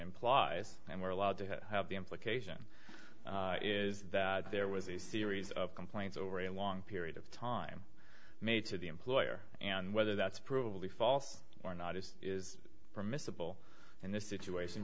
implies and were allowed to have the implication is that there was a series of complaints over a long period of time made to the employer and whether that's provably false or not is is permissible in this situation